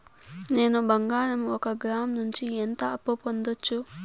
నేను బంగారం ఒక గ్రాము నుంచి ఎంత అప్పు పొందొచ్చు